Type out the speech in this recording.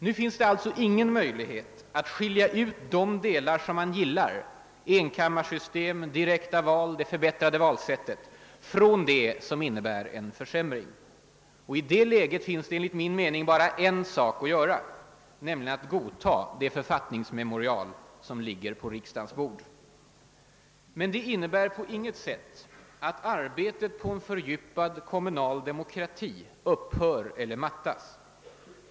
Nu finns det alltså ingen möjlighet att skilja ut de delar man gillar — enkammarsystemet, direkt val, det förbättrade valsättet — från det som innebär en försämring. I det läget finns det, enligt min mening, bara en sak att göra: nämligen att godta det författningsmemorial som ligger på riksdagens bord. Det innebär på intet sätt att arbetet på en fördjupad kommunal demokrati upphör eller mattas.